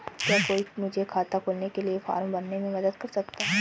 क्या कोई मुझे खाता खोलने के लिए फॉर्म भरने में मदद कर सकता है?